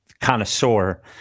connoisseur